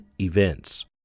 events